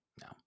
No